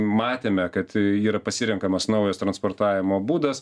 matėme kad yra pasirenkamas naujas transportavimo būdas